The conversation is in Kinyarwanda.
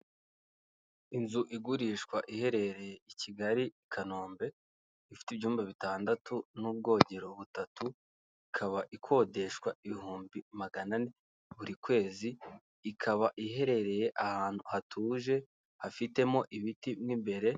Inzu igurishwa iherereye i kigali i kanombe ifite ibyumba bitandatu n'ubwogero butatu ikaba ikodeshwa ibihumbi magana ane buri kwezi, ikaba iherereye ahantu hatuje hafitemo ibiti m'imbere.